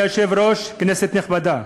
אדוני היושב-ראש, כנסת נכבדה,